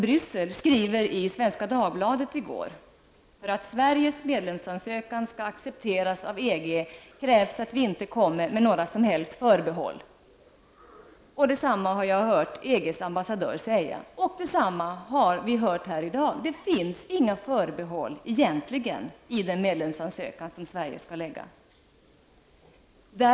Bryssel, skriver i Svenska Dagbladet i går att för att Sveriges medlemsansökan skall accepteras av EG krävs att vi inte kommer med några som helst förbehåll. Detsamma har jag hört EGs ambassadör säga, och detsamma har vi hört i dag. Det finns egentligen inga förbehåll i den medlemsansökan som Sverige skall lämna in.